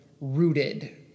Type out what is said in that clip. rooted